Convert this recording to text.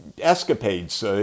escapades